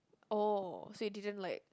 oh so you didn't like